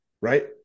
right